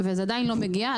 וזה עדיין לא מגיע,